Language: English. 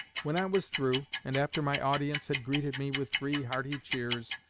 when i was through, and after my audience had greeted me with three hearty cheers,